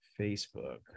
Facebook